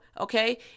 Okay